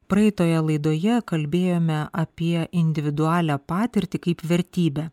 praeitoje laidoje kalbėjome apie individualią patirtį kaip vertybę